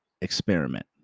experiment